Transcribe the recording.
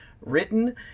written